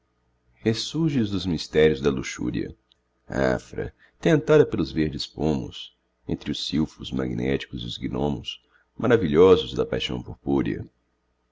ressurges dos mistérios da luxúria afra tentada pelos verdes pomos entre os silfos magnéticos e os gnomos maravilhosos da paixão purpúrea